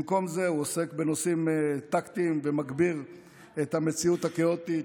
במקום זה הוא עוסק בנושאים טקטיים ומגביר את המציאות הכאוטית,